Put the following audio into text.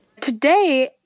Today